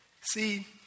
See